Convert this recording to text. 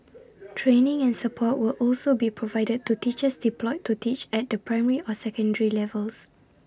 training and support will also be provided to teachers deployed to teach at the primary or secondary levels